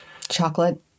Chocolate